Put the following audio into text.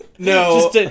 No